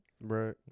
Right